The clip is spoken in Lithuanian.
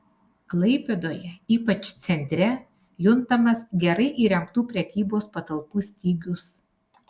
klaipėdoje ypač centre juntamas gerai įrengtų prekybos patalpų stygius